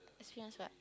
experience what